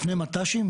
לפני מת"שים?